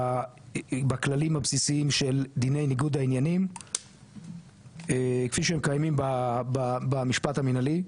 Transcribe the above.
בכללים הבסיסיים של דיני ניגוד העניינים כפי שהם קיימים במשפט המינהלי.